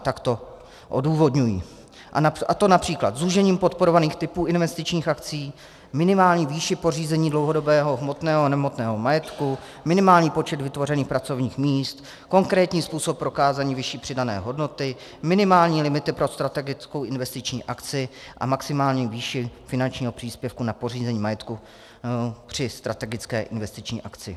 Tak to odůvodňují, a to například zúžením podporovaných typů investičních akcí, minimální výší pořízení dlouhodobého hmotného a nehmotného majetku, minimální počet vytvořených pracovních míst, konkrétní způsob prokázání vyšší přidané hodnoty, minimální limity pro strategickou investiční akci a maximální výši finančního příspěvku na pořízení majetku při strategické investiční akci.